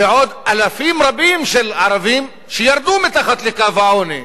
ועוד אלפים רבים של ערבים שירדו מתחת לקו העוני.